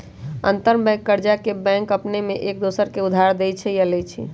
अंतरबैंक कर्जा बजार में बैंक अपने में एक दोसर के उधार देँइ छइ आऽ लेइ छइ